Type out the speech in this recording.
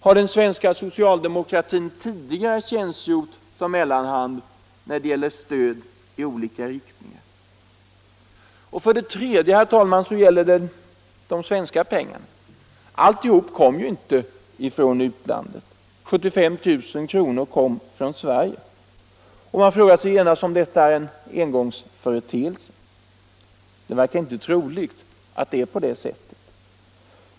Har den svenska socialdemokratin tidigare tjänstgjort som mellanhand när det gäller stöd i olika riktningar? För det tredje gäller det de svenska pengarna. Alltihop kom ju inte från utlandet. 75 000 kr. kom från Sverige. Man frågar sig genast om detta är en engångsföreteelse. Det verkar inte troligt att det är så.